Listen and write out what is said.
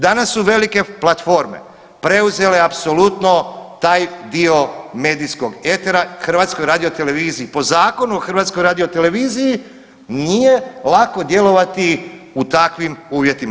Danas su velike platforme preuzele apsolutno taj dio medijskog etera HRT-u po zakonu o HRT-u nije lako djelovati u takvim uvjetima.